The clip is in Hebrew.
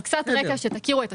קצת רקע, כדי שתכירו את הנושא.